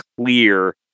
clear